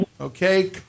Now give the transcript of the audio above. Okay